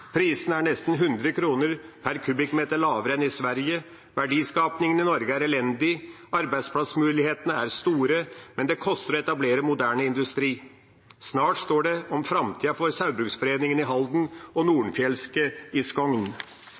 Prisene er nesten 100 kr lavere per kubikkmeter enn i Sverige. Verdiskapingen i Norge er elendig. Arbeidsplassmulighetene er store, men det koster å etablere moderne industri. Snart står det om framtida for Saugbrugsforeningen i Halden og Nordenfjeldske i